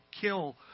kill